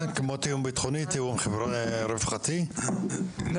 תיאום רווחתי, כמו תיאום ביטחוני?